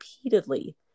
repeatedly